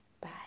Bye